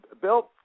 Bill